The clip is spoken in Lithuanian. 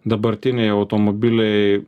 dabartiniai automobiliai